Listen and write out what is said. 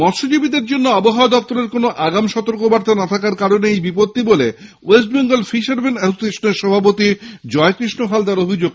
মত্স্যজীবীদের জন্য আবহাওয়া দফতরের কোন আগাম সতর্কবার্তা না থাকার কারণেই এই বিপত্তি বলে ওয়েস্ট বেঙ্গল ফিশারমেন অ্যাসোসিয়েশনের সভাপতি অয়কৃষ্ণ হালদারের অভিযোগ